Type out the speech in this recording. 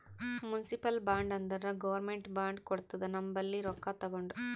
municipal bond ಅಂದುರ್ government bond ಕೊಡ್ತುದ ನಮ್ ಬಲ್ಲಿ ರೊಕ್ಕಾ ತಗೊಂಡು